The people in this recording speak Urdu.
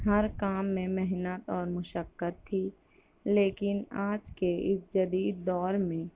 ہر کام میں محنت اور مشقت تھی لیکن آج کے اس جدید دور میں